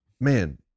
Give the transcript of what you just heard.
man